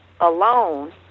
alone